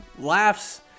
laughs